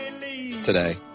today